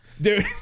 Dude